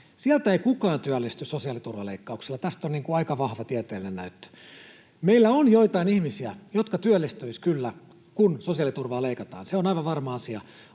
Sieltä ei kukaan työllisty sosiaaliturvaleikkauksilla. Tästä on aika vahva tieteellinen näyttö. Meillä on joitain ihmisiä, jotka työllistyisivät kyllä, kun sosiaaliturvaa leikataan, se on aivan varma asia,